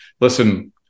Listen